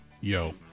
Yo